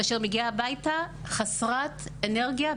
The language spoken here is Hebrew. כאשר היא מגיעה הביתה חסרת אנרגיה,